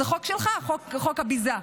זה חוק שלך, חוק הביזה.